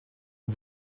aux